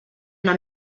una